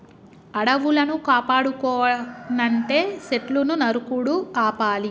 అడవులను కాపాడుకోవనంటే సెట్లును నరుకుడు ఆపాలి